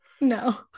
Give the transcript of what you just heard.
no